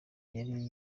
yari